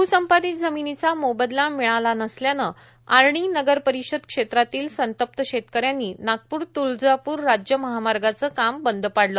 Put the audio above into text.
भूसंपादीत जमिनीचा मोबदला मिळाला नसल्याने आर्णी नगर परिषद क्षेत्रातील संतप्त शेतकऱ्यांनी नागपूर त्वळजापूर राज्य महामार्गाचे काम बंद पाडले